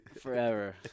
Forever